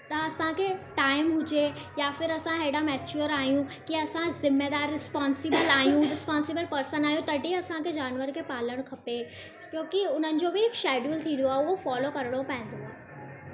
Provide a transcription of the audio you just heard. त असां खे टाईम हुजे या फिर असां हेॾा मेच्योर आहियूं की असां ज़िमेदारु रिस्पोंसिबल आहियूं रिस्पोंसिबल पर्सन आहियूं तॾहिं असां खे जानवर खे पालणु खपे क्योंकि उन्हनि जो बि शेड्यूल थींदो आहे उहो फॉलो करिणो पवंदो आहे